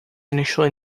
initially